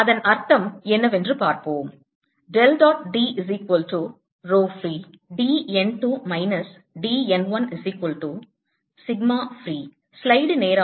அதன் அர்த்தம் என்ன என்று பார்ப்போம்